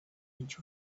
inch